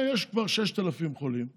יש כבר 6,000 חולים ביום,